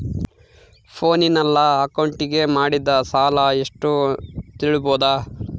ಫೋನಿನಲ್ಲಿ ಅಕೌಂಟಿಗೆ ಮಾಡಿದ ಸಾಲ ಎಷ್ಟು ತಿಳೇಬೋದ?